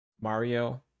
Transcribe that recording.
mario